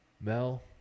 Mel